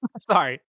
Sorry